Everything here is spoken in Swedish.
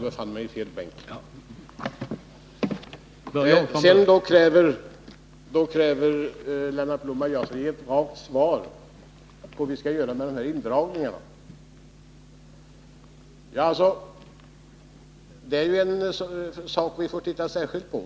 Lennart Blom kräver att jag skall ge ett rakt svar på frågan, hur vi skall göra med de pengar som indragits till staten. Det är en sak som vi får titta särskilt på.